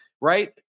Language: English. Right